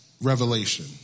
revelation